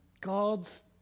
God's